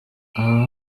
aha